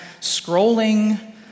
scrolling